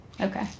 Okay